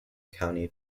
county